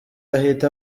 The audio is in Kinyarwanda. ahita